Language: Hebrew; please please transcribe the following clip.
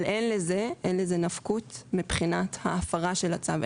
אבל אין לזה נפקות מבחינת ההפרה של הצו.